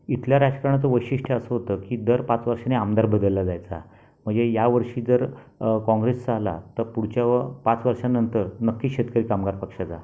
इथल्या राजकारणाचं वैशिष्ट्य असं होतं की दर पाच वर्षांनी आमदार बदलला जायचा म्हणजे या वर्षी जर काँग्रेसचा आला तर पुढच्याव् पाच वर्षानंतर नक्की शेतकरी कामगार पक्षाचा